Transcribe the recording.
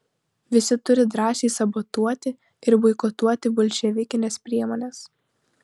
visi turi drąsiai sabotuoti ir boikotuoti bolševikines priemones